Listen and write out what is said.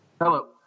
Hello